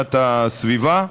והגנת הסביבה,